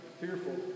fearful